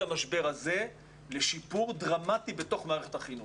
המשבר הזה לשיפור דרמטי בתוך מערכת החינוך.